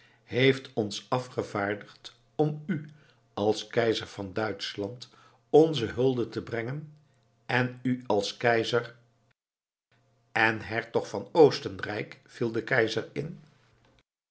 heeft ons afgevaardigd om u als keizer van duitschland onze hulde te brengen en u als keizer en hertog van oostenrijk viel de keizer in